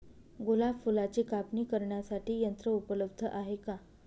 गुलाब फुलाची कापणी करण्यासाठी यंत्र उपलब्ध आहे का?